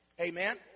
Amen